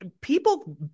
people